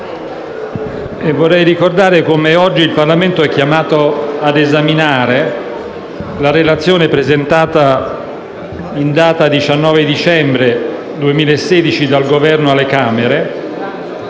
vorrei ricordare come oggi il Parlamento sia chiamato a esaminare la relazione presentata in data 19 dicembre 2016 dal Governo alle Camere,